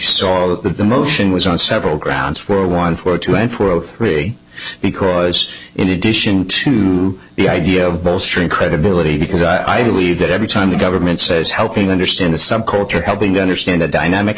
that the motion was on several grounds for one for two and four o three because in addition to the idea of bolstering credibility because i believe that every time the government says helping understand a subculture helping to understand the dynamic